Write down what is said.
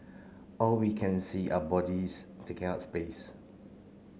all we can see are bodies taking up space